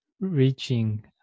reaching